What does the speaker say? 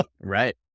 Right